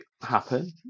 happen